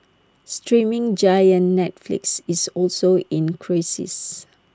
streaming giant Netflix is also in crisis